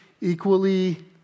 equally